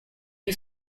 que